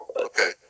Okay